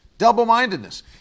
Double-mindedness